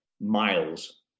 Miles